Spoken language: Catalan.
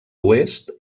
oest